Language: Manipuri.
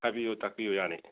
ꯍꯥꯏꯕꯤꯎ ꯇꯥꯛꯄꯤꯎ ꯌꯥꯅꯤ